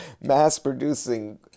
mass-producing